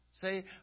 Say